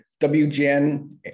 WGN